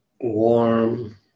warm